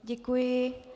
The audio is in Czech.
Děkuji.